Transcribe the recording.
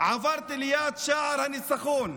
עברתי ליד שער הניצחון.